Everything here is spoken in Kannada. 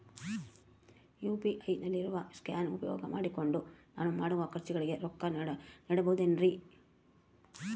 ಯು.ಪಿ.ಐ ನಲ್ಲಿ ಇರೋ ಸ್ಕ್ಯಾನ್ ಉಪಯೋಗ ಮಾಡಿಕೊಂಡು ನಾನು ಮಾಡೋ ಖರ್ಚುಗಳಿಗೆ ರೊಕ್ಕ ನೇಡಬಹುದೇನ್ರಿ?